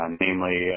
namely